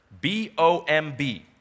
B-O-M-B